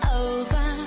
over